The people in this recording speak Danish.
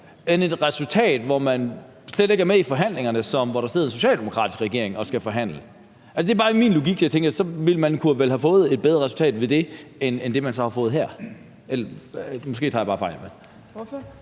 end det resultat, hvor man slet ikke er med i forhandlingerne, og hvor der sidder en socialdemokratisk regering og skal forhandle. Og der er det bare, jeg i min logik tænker, at så ville man vel kunne have fået et bedre resultat ud af det end det, man så har fået her – måske tager jeg bare fejl.